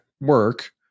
work